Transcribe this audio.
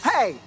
Hey